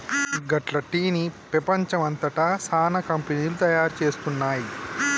గట్ల టీ ని పెపంచం అంతట సానా కంపెనీలు తయారు చేస్తున్నాయి